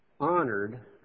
honored